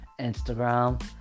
Instagram